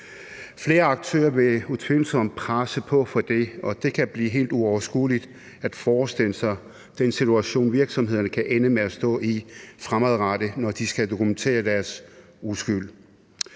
Flere aktører vil utvivlsomt presse på for det, og det kan blive helt uoverskueligt at forestille sig den situation, virksomhederne kan ende med at stå i fremadrettet, når de skal dokumentere deres uskyld.